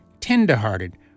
tenderhearted